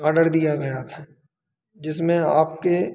order दिया गया था जिसमें आपके